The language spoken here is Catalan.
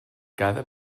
cada